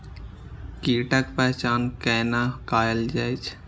कीटक पहचान कैना कायल जैछ?